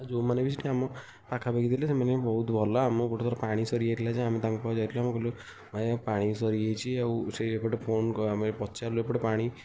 ଯେଉଁମାନେ ବି ସେଠି ଆମ ପାଖାପାଖି ଥିଲେ ବହୁତ ଭଲ ଆମକୁ ଗୋଟିଏ ଥର ପାଣି ସରି ଯାଇଥିଲା ଯେ ଆମେ ତାଙ୍କ ପାଖକୁ ଯାଇଥିଲୁ ଆମେ କହିଲୁ ଆଜ୍ଞା ପାଣି ସରିଯାଇଛି ଆଉ ସେ ଏପଟେ ଫୋନ୍ କର ଆମେ ପଚାରିଲୁ ଏପଟେ ପାଣି